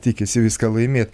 tikisi viską laimėt